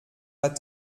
pas